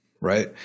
right